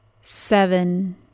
seven